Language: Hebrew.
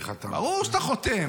ברור שאתה חותם.